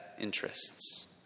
interests